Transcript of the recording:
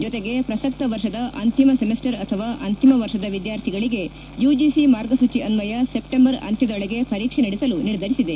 ಜೊತೆಗೆ ಪ್ರಸಕ್ತ ವರ್ಷದ ಅಂತಿಮ ಸೆಮಿಸ್ಟರ್ ಅಥವಾ ಅಂತಿಮ ವರ್ಷದ ವಿದ್ಯಾರ್ಥಿಗಳಿಗೆ ಯುಜಿಸಿ ಮಾರ್ಗಸೂಚಿ ಅನ್ವಯ ಸೆಪ್ಟಂಬರ್ ಅಂತ್ಯದೊಳಗೆ ಪರೀಕ್ಷೆ ನೆಡಸಲು ನಿರ್ಧರಿಸಿದೆ